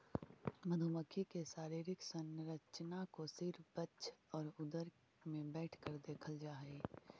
मधुमक्खी के शारीरिक संरचना को सिर वक्ष और उदर में बैठकर देखल जा हई